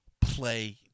play